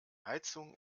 heizung